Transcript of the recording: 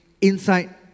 inside